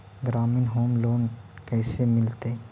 ग्रामीण home loan कैसे मिलतै?